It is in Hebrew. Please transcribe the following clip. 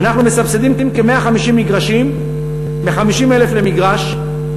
אנחנו מסבסדים כ-150 מגרשים מ-50,000 למגרש,